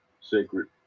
sacred